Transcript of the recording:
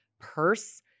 purse